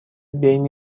بین